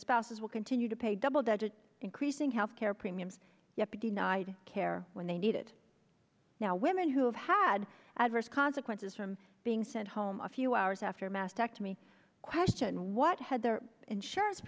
spouses will continue to pay double digit increasing healthcare premiums yet denied care when they need it now women who have had adverse consequences from being sent home a few hours after mastectomy questioned what had their insurance